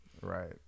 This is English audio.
right